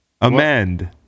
Amend